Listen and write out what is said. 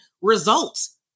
results